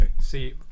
see